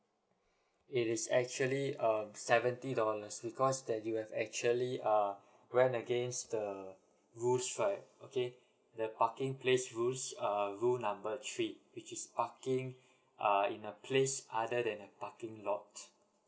it is actually uh seventy dollars because that you have actually uh went against the rules right okay the parking place rules uh rule number three which is parking uh in a place other than a parking lot